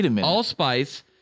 allspice